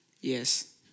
Yes